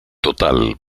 total